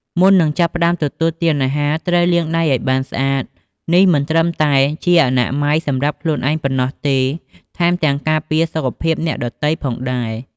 មុននឹងចាប់ផ្តើមទទួលទានអាហារ ត្រូវលាងដៃឱ្យបានស្អាត នេះមិនត្រឹមតែជាអនាម័យសម្រាប់ខ្លួនឯងប៉ុណ្ណោះទេ ថែមទាំងការពារសុខភាពអ្នកដទៃផងដែរ។